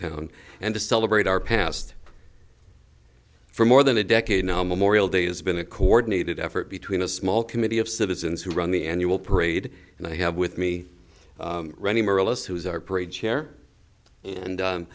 town and to celebrate our past for more than a decade now memorial day has been a coordinated effort between a small committee of citizens who run the annual parade and i have with me ronnie moralists who is our parade chair and